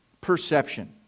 perception